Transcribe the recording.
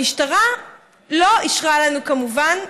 המשטרה לא אישרה לנו, כמובן,